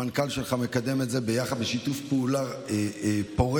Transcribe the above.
המנכ"ל שלך מקדם את זה בשיתוף פעולה פורה